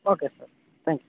okay sir thank you